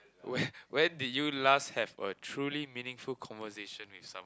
where when did you last have a truly meaningful conversation with someone